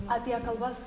apie kalbas